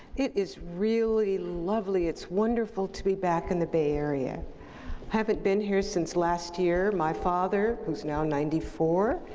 it is really lovely, it's wonderful to be back in the bay area. i haven't been here since last year. my father, who's now ninety four,